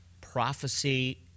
prophecy